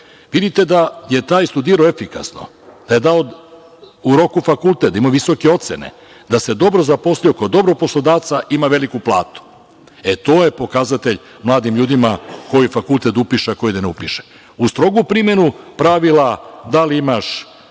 Vidite da je taj studirao efikasno, da je dao u roku fakultet, da ima visoke ocene, da se dobro zaposlio, kod dobrog poslodavca, ima veliku platu. E, to je pokazatelj mladim ljudima koji fakultet da upiše a koji da ne upiše. Uz strogu primenu pravila da li imaš